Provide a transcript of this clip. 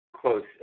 close